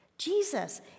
Jesus